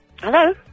Hello